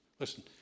Listen